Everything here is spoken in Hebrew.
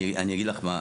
אני אסביר לך מה.